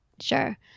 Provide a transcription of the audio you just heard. Sure